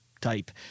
type